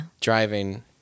Driving